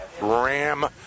Ram